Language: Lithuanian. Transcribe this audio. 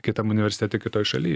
kitam universitete kitoj šaly